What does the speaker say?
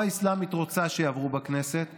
האסלאמית רוצה שיעברו בכנסת עוברות,